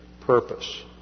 purpose